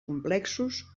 complexos